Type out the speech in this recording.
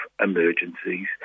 emergencies